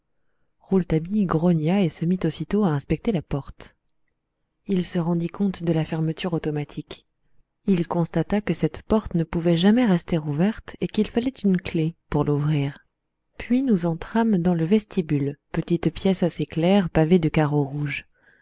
rouletabille grogna et se mit aussitôt à inspecter la porte il se rendit compte de la fermeture automatique il constata que cette porte ne pouvait jamais rester ouverte et qu'il fallait une clef pour l'ouvrir puis nous entrâmes dans le vestibule petite pièce assez claire pavée de carreaux rouges